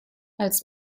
als